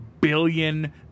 billion